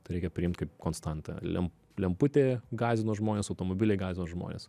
tai reikia priimt kaip konstantą lem lemputė gąsdino žmones automobiliai gazdino žmones